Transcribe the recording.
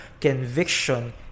Conviction